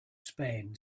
spain